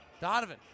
Donovan